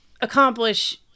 accomplish